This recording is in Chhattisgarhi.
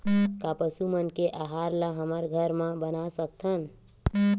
का पशु मन के आहार ला हमन घर मा बना सकथन?